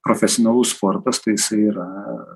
profesionalus sportas tai yra